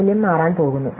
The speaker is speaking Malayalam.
മൂല്യം മാറാൻ പോകുന്നു